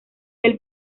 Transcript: del